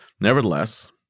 Nevertheless